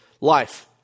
life